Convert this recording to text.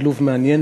שילוב מעניין,